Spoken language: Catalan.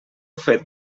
fet